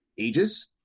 ages